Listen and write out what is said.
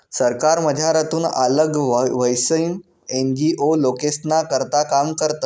सरकारमझारथून आल्लग व्हयीसन एन.जी.ओ लोकेस्ना करता काम करतस